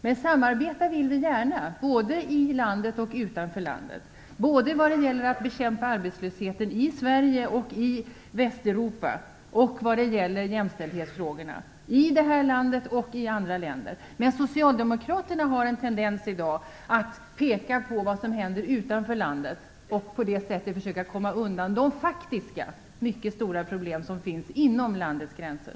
Men samarbeta vill vi gärna, både i och utanför landet, både när det gäller arbetslösheten i Sverige och i Västeuropa och när det gäller jämställdhetsfrågorna, här i landet och i andra länder. Men socialdemokraterna har i dag en tendens att peka på vad som händer utanför landet och på det sättet försöka komma undan de faktiska, mycket stora problem som finns inom landets gränser.